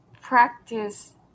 practice